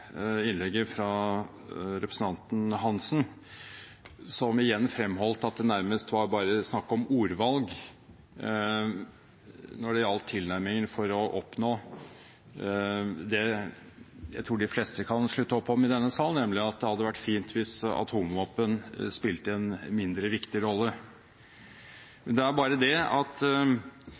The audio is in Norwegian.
oppnå det jeg tror de fleste kan slutte opp om i denne sal, nemlig at det hadde vært fint hvis atomvåpen spilte en mindre viktig rolle. Det er bare det at